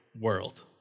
world